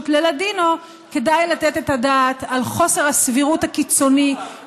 ללדינו כדאי לתת את הדעת על חוסר הסבירות הקיצוני,